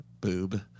boob